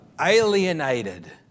alienated